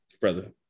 brother